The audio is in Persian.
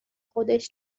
خودش